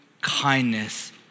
kindness